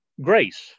grace